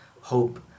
hope